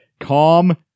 Calm